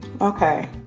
Okay